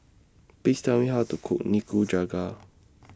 Please Tell Me How to Cook Nikujaga